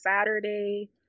Saturday